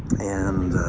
and